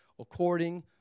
according